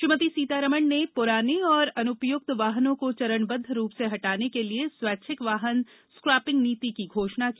श्रीमती सीतारामन ने प्रराने और अनुपय्क्त वाहनों को चरणबद्ध रूप से हटाने के लिए स्वैच्छिक वाहन स्क्रैपिंग नीति की घोषणा की